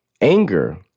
anger